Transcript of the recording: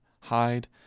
hide